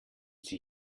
sie